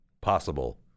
possible